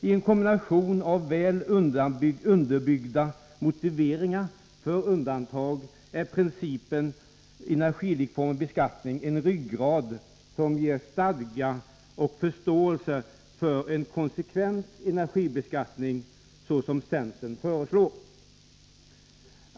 I en kombination av väl underbyggda motiveringar för undantag är principen energilikformig beskattning en ryggrad som ger stadga och förståelse för en konsekvent energibeskattning, såsom centern föreslår.